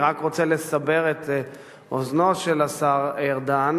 אני רק רוצה לסבר את אוזנו של השר ארדן,